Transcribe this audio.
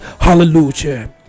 Hallelujah